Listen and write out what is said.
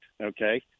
okay